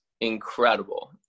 incredible